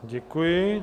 Děkuji.